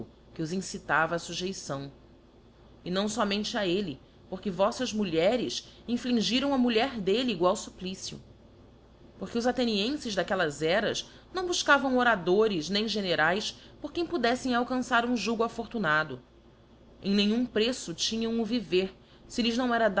que os incitava á fujeição e não fomente a elle porque voífas mulheres infligiram á mulher d'elle egual fupplicio porque os athenienfes d'aquellas eras não bufcavam oradores nem generaes por quem podeífem alcançar um jugo afortunado em nenhum preço tinham o viver fe lhes não era